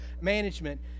management